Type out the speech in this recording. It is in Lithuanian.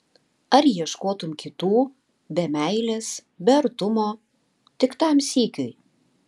ar ieškotum kitų be meilės be artumo tik tam sykiui